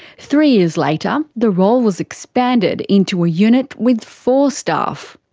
three years later, the role was expanded into a unit with four staff.